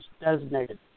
designated